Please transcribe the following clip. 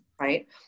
right